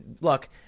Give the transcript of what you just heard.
Look